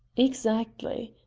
exactly.